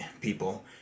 people